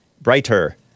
brighter